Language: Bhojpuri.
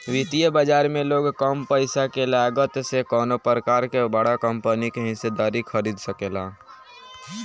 वित्तीय बाजार में लोग कम पईसा के लागत से कवनो प्रकार के बड़ा कंपनी के हिस्सेदारी खरीद सकेला